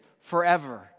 forever